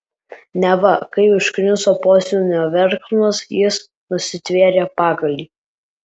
neva kai užkniso posūnio verksmas jis nusitvėrė pagalį